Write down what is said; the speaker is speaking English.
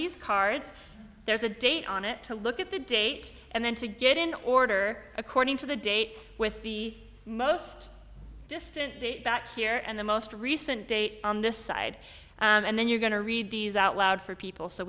these cards there's a date on it to look at the date and then to get in order according to the date with the most distant date back here and the most recent date on this side and then you're going to read these out loud for people so